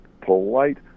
polite